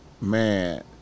Man